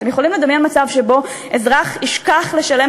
אתם יכולים לדמיין מצב שבו אזרח ישכח לשלם